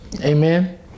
Amen